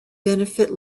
benefit